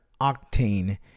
Octane